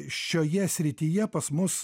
šioje srityje pas mus